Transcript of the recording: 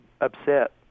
upset